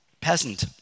peasant